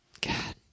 God